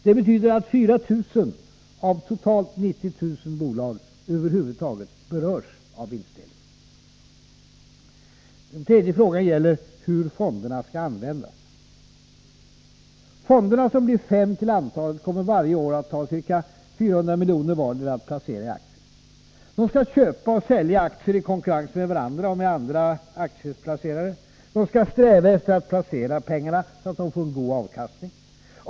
Det betyder att 4 000 av totalt 90 000 bolag över huvud taget berörs av vinstdelningen. Den tredje frågan gäller hur fonderna skall användas. Fonderna, som blir fem till antalet, kommer varje år att ha ca 400 milj.kr. vardera för att placera i aktier. De skall köpa och sälja aktier i konkurrens med varandra och med andra aktieplacerare. De skall sträva efter att placera pengarna så att de får en god avkastning.